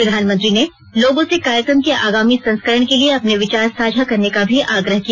प्रधानमंत्री ने लोगों से कार्यक्रम के आगामी संस्करण के लिए अपने विचार साझा करने का भी आग्रह किया